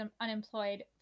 unemployed